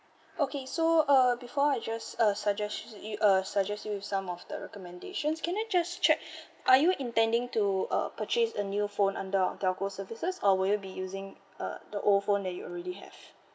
okay so uh before I just uh suggest you uh suggest you with some of the recommendations can I just check are you intending to uh purchase a new phone under our telco services or will you be using uh the old phone that you already have